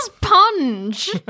Punch